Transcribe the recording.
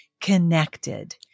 connected